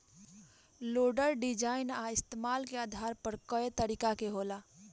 loader design आ इस्तमाल के आधार पर कए तरीका के होला